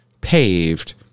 paved